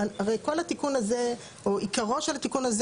הרי כל התיקון הזה או עיקרו של התיקון הזה